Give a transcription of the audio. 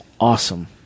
awesome